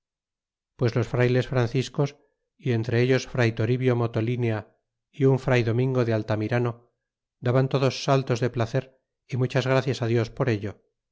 pues los frayles franciscos y entre ellos fray toribio motolinea y un fray domingo altamirano daban todos saltos de placer y muchas gracias dios por ello